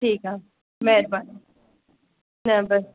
ठीकु आहे महिरबानी न बसि